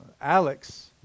Alex